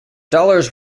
dollars